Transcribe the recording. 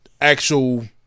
actual